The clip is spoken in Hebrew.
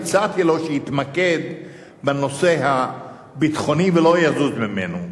הצעתי לו שיתמקד בנושא הביטחוני ולא יזוז ממנו.